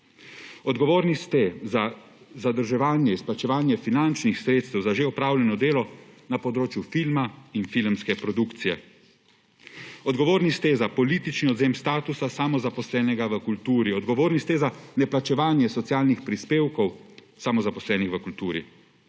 Odgovorni ste za zadrževanje izplačevanja finančnih sredstev za že opravljeno delo na področju filma in filmske produkcije. Odgovorni ste za politični odvzem statusa samozaposlenega v kulturi, odgovorni ste za neplačevanje socialnih prispevkov samozaposlenih v kulturi.